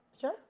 Sure